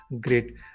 great